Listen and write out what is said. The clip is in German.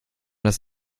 das